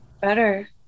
better